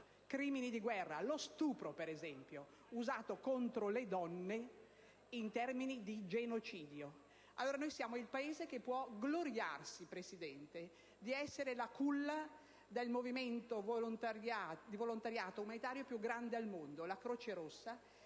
crimini di guerra, come lo stupro perpetrato contro le donne in termini di genocidio. Siamo il Paese che può gloriarsi di essere la culla del movimento di volontariato umanitario più grande al mondo, la Croce rossa.